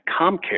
ComCare